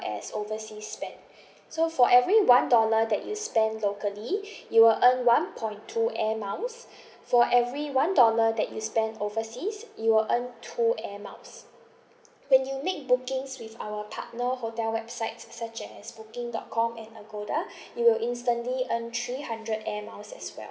as overseas spend so for every one dollar that you spent locally you will earn one point two air miles for every one dollar that you spend overseas you will earn two air miles when you make bookings with our partner hotel websites such as booking dot com and agoda you will instantly earn three hundred air miles as well